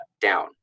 down